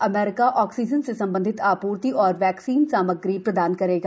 America oxygen से संबंधित आपूर्ति और वैक्सीन सामग्री प्रदान करेगा